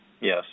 Yes